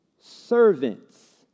servants